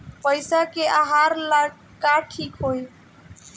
भइस के आहार ला का ठिक होई?